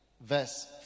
verse